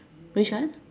which one